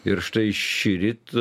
ir štai šįryt